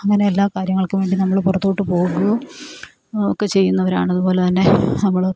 അങ്ങനെ എല്ലാ കാര്യങ്ങൾക്കുവേണ്ടി നമ്മൾ പുറത്തോട്ട് പോകുകയോ ഒക്കെ ചെയ്യുന്നവരാണ് അതുപോലെ തന്നെ നമ്മൾ